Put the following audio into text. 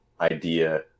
idea